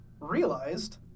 realized